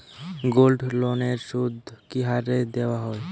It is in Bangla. গোল্ডলোনের সুদ কি হারে দেওয়া হয়?